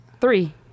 Three